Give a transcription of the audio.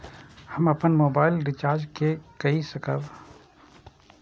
हम अपन मोबाइल के रिचार्ज के कई सकाब?